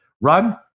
run